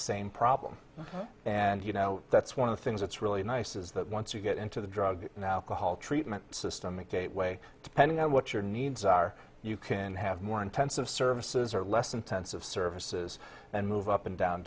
same problem and you know that's one of the things that's really nice is that once you get into the drug and alcohol treatment system the gateway to pay you know what your needs are you can have more intensive services or less intensive services and move up and down